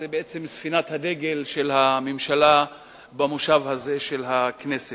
זו בעצם ספינת הדגל של הממשלה במושב הזה של הכנסת,